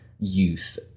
Use